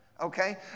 Okay